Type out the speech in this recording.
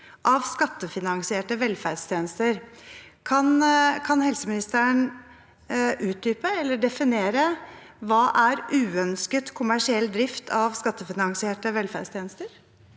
av skattefinansierte velferdstjenester.» Kan helseministeren utdype eller definere hva «uønsket kommersiell drift av skattefinansierte velferdstjenester»